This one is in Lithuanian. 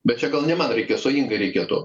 bet čia gal ne man reikia su inga reikėtų